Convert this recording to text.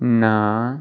ના